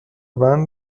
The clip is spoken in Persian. بند